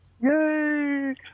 Yay